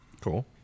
Cool